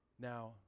now